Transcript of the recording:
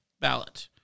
Ballot